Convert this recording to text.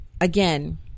again